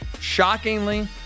shockingly